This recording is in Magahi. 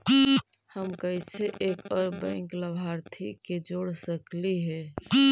हम कैसे एक और बैंक लाभार्थी के जोड़ सकली हे?